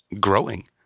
growing